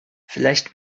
vielleicht